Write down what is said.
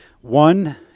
one